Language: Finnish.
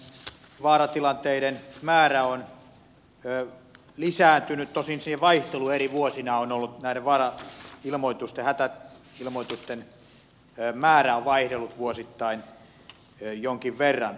vaaratilanteiden määrä on lisääntynyt tosin sekin vaihtelu eri vuosina on ollut nevala ilmoitus näiden hätäilmoitusten määrä on vaihdellut vuosittain jonkin verran